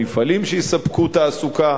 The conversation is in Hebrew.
מפעלים שיספקו תעסוקה,